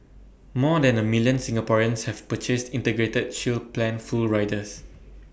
more than A million Singaporeans have purchased integrated shield plan full riders